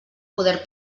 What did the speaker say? poder